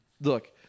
look